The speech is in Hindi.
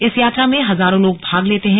इस यात्रा में हजारों लोग भाग लेते हैं